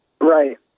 Right